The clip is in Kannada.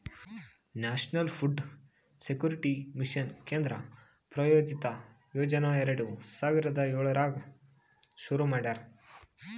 ನ್ಯಾಷನಲ್ ಫುಡ್ ಸೆಕ್ಯೂರಿಟಿ ಮಿಷನ್ ಕೇಂದ್ರ ಪ್ರಾಯೋಜಿತ ಯೋಜನಾ ಎರಡು ಸಾವಿರದ ಏಳರಾಗ್ ಶುರು ಮಾಡ್ಯಾರ